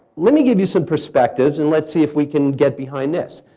let me give you some perspectives and let's see if we can get behind this.